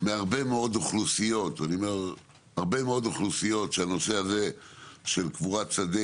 מהרבה מאוד אוכלוסיות שהנושא הזה של קבורת שדה